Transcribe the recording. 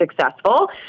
successful